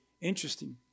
interesting